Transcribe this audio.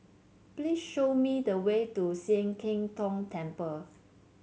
please show me the way to Sian Keng Tong Temple